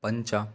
पञ्च